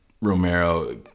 Romero